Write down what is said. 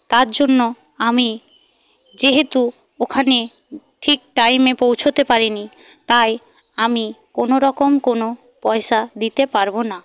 তার জন্য আমি যেহেতু ওখানে ঠিক টাইমে পৌঁছোতে পারিনি তাই আমি কোনোরকম কোন পয়সা দিতে পারবো না